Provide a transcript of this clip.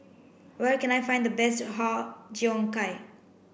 where can I find the best Har Cheong Gai